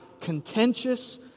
contentious